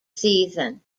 season